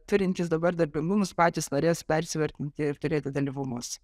turintys dabar darbingumus patys norės persivertinti ir turėti dalyvumus